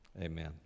amen